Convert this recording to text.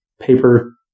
paper